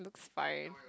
fine